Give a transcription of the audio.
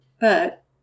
But